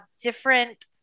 different